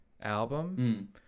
album